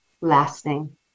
lasting